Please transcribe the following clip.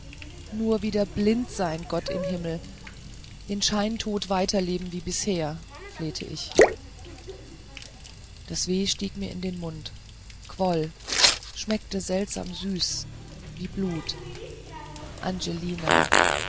nur wieder blind sein gott im himmel den scheintot weiterleben wie bisher flehte ich das weh stieg mir in den mund quoll schmeckte seltsam süß wie blut angelina